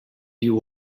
you